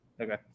okay